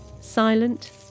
Silent